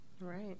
Right